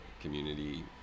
community